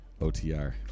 OTR